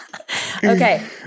Okay